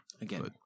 Again